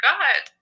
God